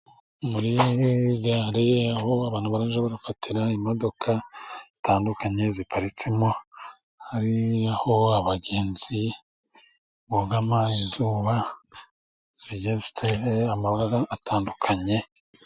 Muri gare aho abantu baje bafatira imodoka zitandukanye ziparitsemo, hari aho abagenzi bugama izuba, zigiye ziteye amabara atandukanye.